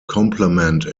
complement